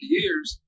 years